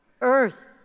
earth